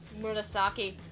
Murasaki